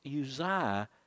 Uzziah